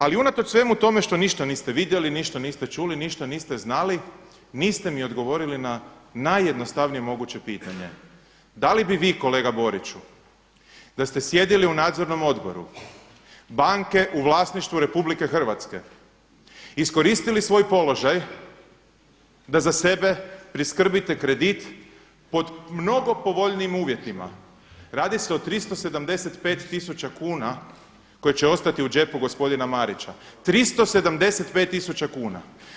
Ali unatoč svemu tome što ništa niste vidjeli, ništa niste čuli, ništa niste znali niste mi odgovorili na najjednostavnije moguće pitanje, da li bi vi kolega Boriću da ste sjedili u nadzornom odboru, banke u vlasništvu RH iskoristili svoj položaj da za sebe priskrbite kredit pod mnogo povoljnijim uvjetima, radi se o 375 tisuća kuna koje će ostati u džepu gospodina Marića, 375 tisuća kuna?